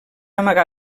amagar